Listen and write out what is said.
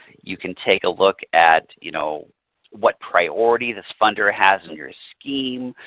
you can take a look at you know what priority this funder has in your scheme,